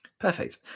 perfect